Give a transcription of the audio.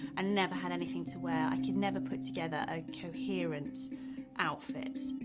and never had anything to wear. i could never put together a coherent outfit.